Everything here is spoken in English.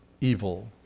evil